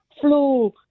flu